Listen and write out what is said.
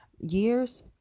years